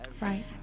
right